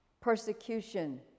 persecution